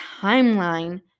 timeline